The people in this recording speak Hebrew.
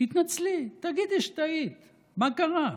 תתנצלי, תגידי שטעית, מה קרה?